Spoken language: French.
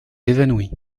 évanoui